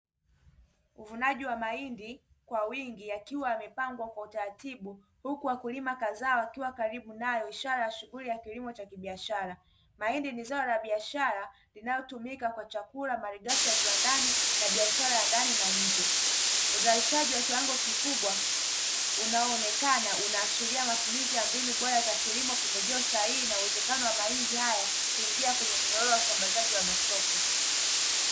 Uvunaji wa mahindi kwa wingi yakiwa yamepangwa kwa utaratibu huku wakulima kadhaa wakiwa karibu nayo ishara ya shughuli ya kilimo cha kibiashara. Mahindi ni zao la biashara linalotumika kwa chakula, malighafi ya viwandani na biashara ya ndani na nje. Uzalishaji wa kiwango kikubwa unaoonekana unaashiria matumizi ya mbinu bora za kilimo, pembejeo sahihi na uwezekano wa mahindi haya kuingia kwenye mnyororo wa usambazaji wa masoko.